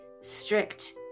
strict